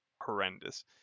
horrendous